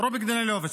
רוביק דנילוביץ'.